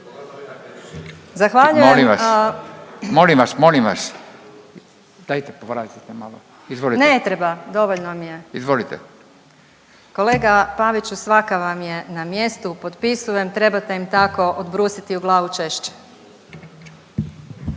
vas, molim vas, molim vas. Dajte povratite malo, izvolite./… Ne treba dovoljno mi je. …/Upadica Furio Radin: Izvolite./… Kolega Paviću svaka vam je na mjestu, potpisujem, trebate te im tako odbrusiti u glavu češće.